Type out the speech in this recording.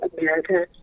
America